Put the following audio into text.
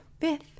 fifth